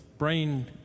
Brain